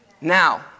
Now